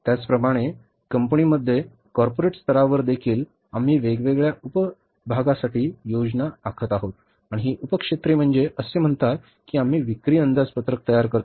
त्याचप्रमाणे कंपनीमध्ये कॉर्पोरेट स्तरावरदेखील आम्ही वेगवेगळ्या उप भागासाठी योजना आखत आहोत आणि ही उप क्षेत्रे म्हणजे असे म्हणतात की आम्ही विक्री अंदाजपत्रक तयार करतो